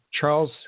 Charles